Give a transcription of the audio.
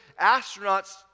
astronauts